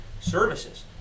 services